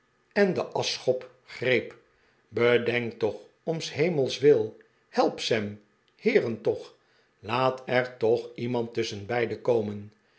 en den aschschop greep bedenkt toch om s hemels wil help sam heeren toch laat er toch ieniand tusschenbeide komen